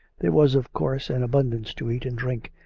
there was, of course, an abundance to eat and drink,